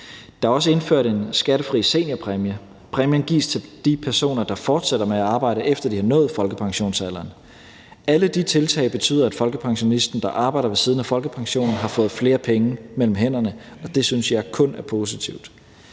der er også indført en skattefri seniorpræmie. Præmien gives til de personer, der fortsætter med at arbejde, efter at de har nået folkepensionsalderen. Alle de tiltag betyder, at folkepensionisten, der arbejder ved siden af folkepensionen, har fået flere penge mellem hænderne, og det synes jeg kun er positivt.